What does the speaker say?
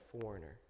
foreigner